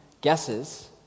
guesses